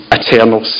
eternal